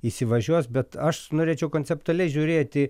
įsivažiuos bet aš norėčiau konceptualiai žiūrėti